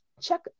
Check